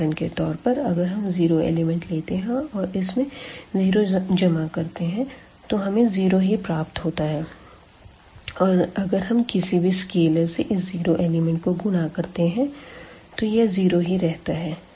उदाहरण के तौर पर अगर हम जीरो एलिमेंट लेते हैं और इसमें जीरो जमा करते हैं तो हमें जीरो ही प्राप्त होता है और अगर हम किसी भी स्केलर से इस जिरो एलिमेंट को गुणा करते हैं तो यह जीरो ही रहता है